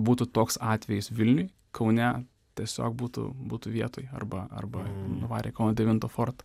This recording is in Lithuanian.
būtų toks atvejis vilniuj kaune tiesiog būtų būtų vietoj arba arba nuvarę į kauno devintą fortą